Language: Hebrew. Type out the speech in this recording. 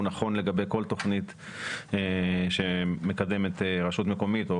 הוא נכון לגבי כל תכנית שמקדמת רשות מקומית או